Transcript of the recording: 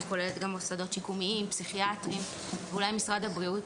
היא כוללת גם מוסדות שיקומיים פסיכיאטריים ואולי משרד הבריאות